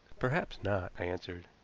perhaps not, i answered.